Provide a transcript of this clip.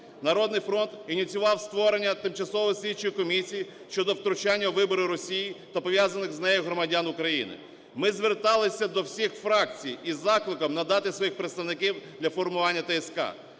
"Народний фронт" ініціював створення тимчасової слідчої комісії щодо втручання у вибори Росії та пов'язаних з нею громадян України. Ми звертались до всіх фракцій із закликом надати своїх представників для формування ТСК.